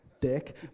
dick